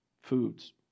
Foods